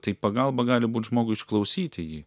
tai pagalba gali būt žmogų išklausyti jį